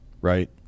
right